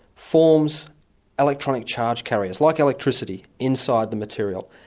forms electronic charge carriers, like electricity, inside the material.